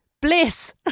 Bliss